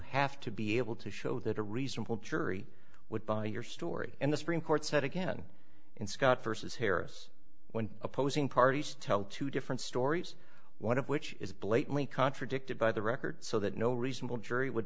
have to be able to show that a reasonable jury would buy your story and the supreme court said again in scott versus harris when opposing parties tell two different stories one of which is blatantly contradicted by the record so that no reasonable jury would